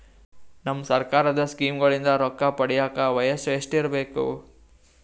ನಮ್ಮ ಸರ್ಕಾರದ ಸ್ಕೀಮ್ಗಳಿಂದ ರೊಕ್ಕ ಪಡಿಯಕ ವಯಸ್ಸು ಎಷ್ಟಿರಬೇಕು?